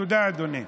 תודה, אדוני.